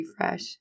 refresh